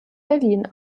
berlin